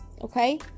okay